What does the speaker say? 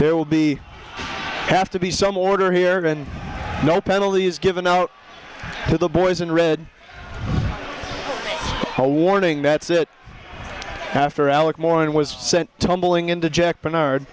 there will be have to be some order here and no penalty is given out to the boys and read a warning that said after alec mind was sent tumbling into jack bernard